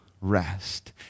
rest